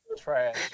Trash